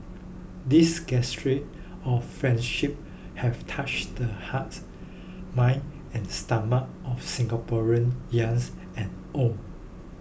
these gestures of friendship have touched the hearts minds and stomachs of Singaporeans youngs and old